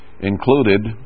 included